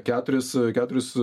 keturis keturis